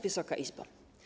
Wysoka Izbo!